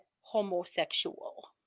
homosexual